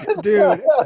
Dude